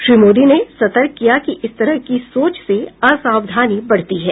श्री मोदी ने सतर्क किया कि इस तरह की सोच से असावधानी बढ़ती है